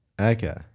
Okay